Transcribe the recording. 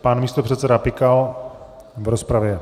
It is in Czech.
Pan místopředseda Pikal v rozpravě.